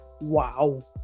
Wow